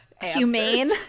humane